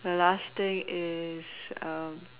the last thing is